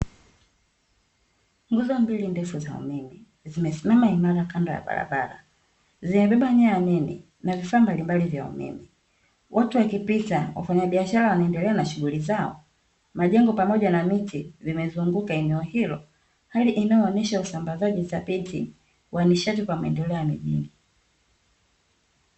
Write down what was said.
Nguzo mbili ndefu za umeme zimesimama imara kando ya barabara, zimebeba nyaya nene na vifaa mbalimbali vya umeme, watu wakipita wafanyabiashara wakiendelea na shughuli zao, majengo pamoja na miti vimezunguka eneo hilo, hali inayoonshea usambazaji thabiti wa nishati kwa maendeleo ya mijini.